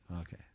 Okay